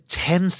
ten